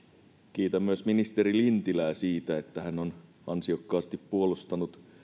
kiitän myös ministeri lintilää siitä että hän on ansiokkaasti puolustanut